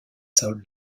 sols